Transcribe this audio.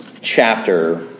chapter